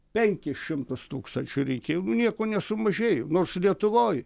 penkis šimtus tūkstančių rinkėjų nieko nesumažėjo nors lietuvoj